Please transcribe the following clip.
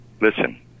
Listen